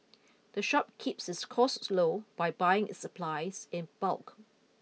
the shop keeps its costs low by buying its supplies in bulk